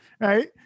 right